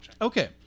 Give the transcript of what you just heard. Okay